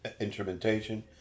instrumentation